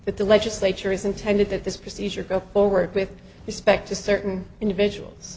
that the legislature is intended that this procedure go forward with respect to certain individuals